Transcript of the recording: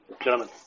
Gentlemen